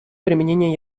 применения